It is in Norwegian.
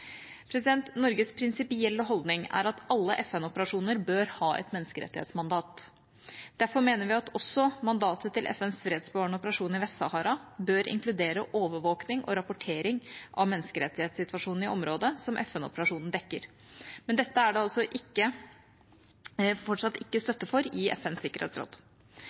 Norges prinsipielle holdning er at alle FN-operasjoner bør ha et menneskerettighetsmandat. Derfor mener vi at også mandatet til FNs fredsbevarende operasjoner i Vest-Sahara bør inkludere overvåkning og rapportering av menneskerettighetssituasjonen i området som FN-operasjonen dekker. Men dette er det fortsatt ikke støtte for i FNs sikkerhetsråd.